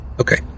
Okay